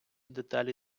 деталі